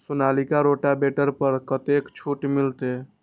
Sonalika rotavator पर कतेक छूट मिलते?